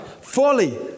Folly